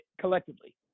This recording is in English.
collectively